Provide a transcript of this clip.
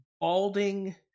balding